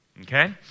Okay